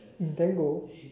in Tango